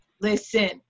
listen